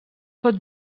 pot